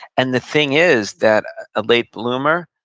and the thing is that a late bloomer,